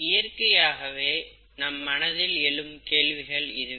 இயற்கையாகவே நம் மனதில் எழும் கேள்விகள் இதுவே